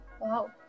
Wow